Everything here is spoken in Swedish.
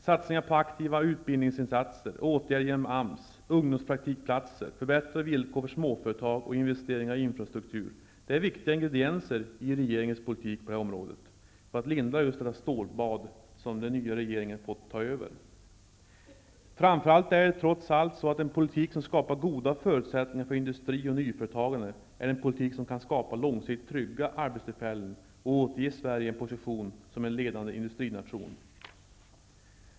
Satsningar på aktiva utbildningsinsatser, åtgärder genom AMS, ungdomspraktikplatser, förbättrade villkor för småföretag och investeringar i infrastruktur är viktiga ingredienser i regeringens politik för att lindra just detta stålbad som den nya regeringen fått ta över. Framför allt är det trots allt så att en politik som skapar goda förutsättningar för industri och nyföretagande är den politik som kan skapa långsiktigt trygga arbetstillfällen och återge Sverige en position som en ledande industrination.